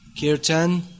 Kirtan